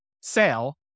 sale